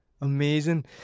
Amazing